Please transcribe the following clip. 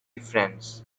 friends